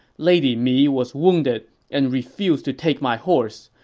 lady mi was wounded and refused to take my horse.